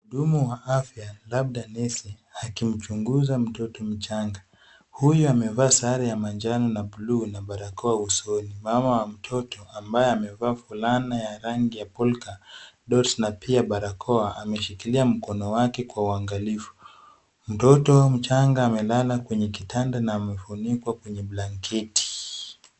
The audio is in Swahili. Mhudumu wa afya labda nesi akimchunguza mtoto mchanga. Huyu amevaa sare ya manjano na blue na barakoa usoni. Mama wa mtoto ambaye amevaa fulana ya rangi ya polcadot na pia barakoa ameshikilia mkono wake kwa uangalifu. Mtoto mchanga amelala kwenye kitanda na amefunikwa kwenye blanketi.